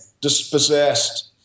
dispossessed